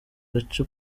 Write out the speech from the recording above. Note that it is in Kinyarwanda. gace